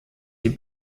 die